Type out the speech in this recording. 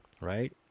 right